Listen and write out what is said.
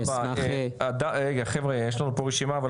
רגע חבר'ה, יש לנו כאן רשימה.